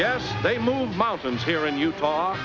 yet they move mountains here in utah